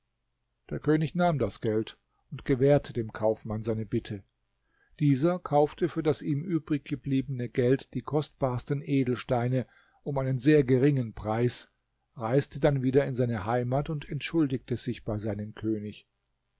der könig nahm das geld und gewährte dem kaufmann seine bitte dieser kaufte für das ihm übriggebliebene geld die kostbarsten edelsteine um einen sehr geringen preis reiste dann wieder in seine heimat und entschuldigte sich bei seinem könig